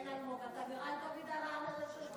כן, אלמוג, אתה יותר מדי רענן ב-06:00.